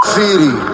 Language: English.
city